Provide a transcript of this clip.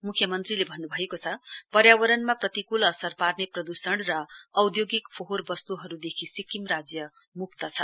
मुख्यमन्त्रीले भन्नुभएको छ पर्यावरणमा प्रतिकूल असर पार्ने प्रदूषण र औधोगिक फोहोर वस्तुदेखि सिक्किम राज्य मुक्त छ